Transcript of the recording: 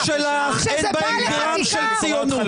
הצעקות שלך, אין בהן גרם של ציונות.